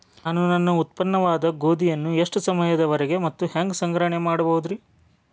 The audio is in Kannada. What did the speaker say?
ನಾನು ನನ್ನ ಉತ್ಪನ್ನವಾದ ಗೋಧಿಯನ್ನ ಎಷ್ಟು ಸಮಯದವರೆಗೆ ಮತ್ತ ಹ್ಯಾಂಗ ಸಂಗ್ರಹಣೆ ಮಾಡಬಹುದುರೇ?